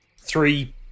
three